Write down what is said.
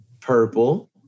Purple